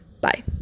Bye